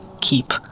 Keep